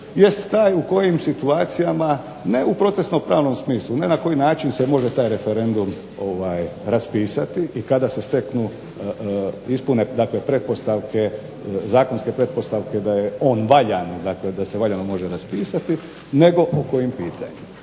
jest taj u kojim situacijama ne u procesno-pravnom smislu, ne na koji način se može taj referendum raspisati, i kada se steknu, ispune dakle pretpostavke, zakonske pretpostavke da je on valjan, dakle da se valjano može raspisati, nego po kojim pitanjima.